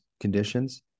conditions